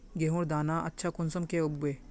गेहूँर दाना अच्छा कुंसम के उगबे?